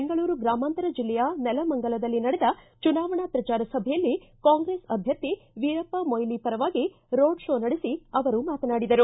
ಬೆಂಗಳೂರು ಗ್ರಾಮಾಂತರ ಜಿಲ್ಲೆಯ ನೆಲಮಂಗಲದಲ್ಲಿ ನಡೆದ ಚುನಾವಣಾ ಪ್ರಚಾರ ಸಭೆಯಲ್ಲಿ ಕಾಂಗ್ರೆಸ್ ಅಭ್ವರ್ಥಿ ವೀರಪ್ಪ ಮೊಯಿಲಿ ಪರವಾಗಿ ರೋಡ್ ಶೋ ನಡೆಸಿ ಅವರು ಮಾತನಾಡಿದರು